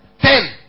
Ten